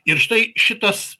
ir štai šitas